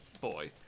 boy